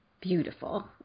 Beautiful